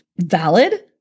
valid